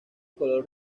color